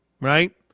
Right